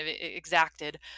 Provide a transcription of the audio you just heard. exacted